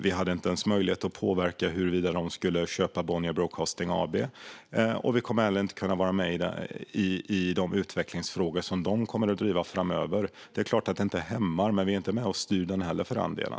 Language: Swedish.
Vi hade inte ens möjlighet att påverka huruvida man skulle köpa Bonnier Broadcasting AB eller inte. Vi kommer heller inte att kunna vara med i de utvecklingsfrågor som de kommer att driva framöver. Det är klart att det inte hämmar utvecklingen, men vi är inte med och styr den heller, för den delen.